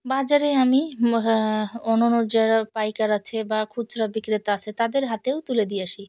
বাজারে আমি অন্য অন্য যারা পাইকার আছে বা খুচরা বিক্রেতা আছে তাদের হাতেও তুলে দিয়ে আসি